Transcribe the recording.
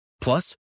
Plus